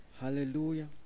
Hallelujah